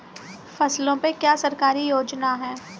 फसलों पे क्या सरकारी योजना है?